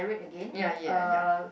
ya ya ya